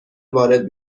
وارد